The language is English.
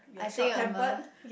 a short tempered